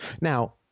Now